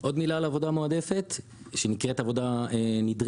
עוד מילה על עבודה מועדפת שנקראת עבודה נדרשת,